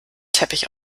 teppich